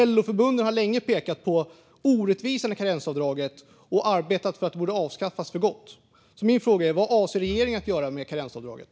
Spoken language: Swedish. LO-förbunden har länge pekat på orättvisan i karensavdraget och arbetat för att det ska avskaffas för gott. Min fråga är: Vad avser regeringen att göra med karensavdraget?